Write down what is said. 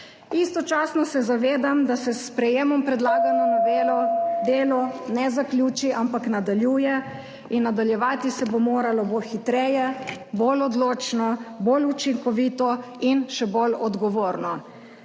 Istočasno se zavedam, da se s sprejetjem predlagane novele delo ne zaključi, ampak nadaljuje in nadaljevati se bo moralo hitreje, bolj odločno, bolj učinkovito in še bolj odgovorno,